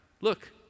Look